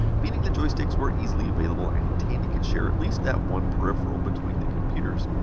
meaning the joysticks were easily available and and tandy could share at least that one peripheral between the computers.